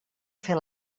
fer